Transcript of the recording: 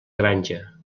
granja